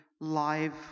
live